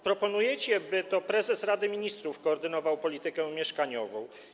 Proponujecie, by to prezes Rady Ministrów koordynował politykę mieszkaniową.